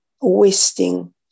wasting